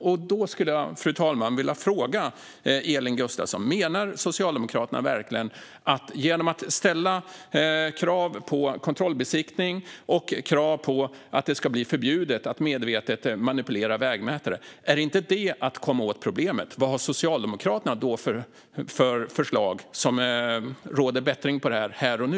Jag skulle då vilja fråga henne: Menar Socialdemokraterna verkligen att man genom att ställa krav på kontrollbesiktning och krav på att det ska bli förbjudet att medvetet manipulera vägmätare inte kommer åt problemet? Vad har Socialdemokraterna då för förslag som råder bot på detta här och nu?